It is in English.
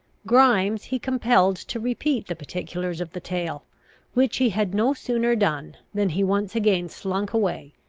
grimes he compelled to repeat the particulars of the tale which he had no sooner done, than he once again slunk away,